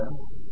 25 కావచ్చు